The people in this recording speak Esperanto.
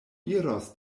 iros